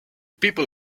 people